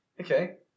okay